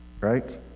right